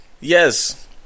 yes